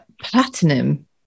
platinum